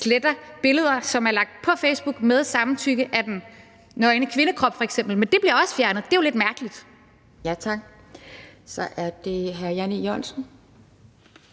sletter billeder, som er lagt på Facebook med samtykke, af nøgne kvindekroppe f.eks., men det bliver også fjernet. Det er jo lidt mærkeligt. Kl. 11:32 Anden næstformand